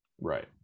Right